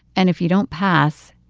and if you don't pass,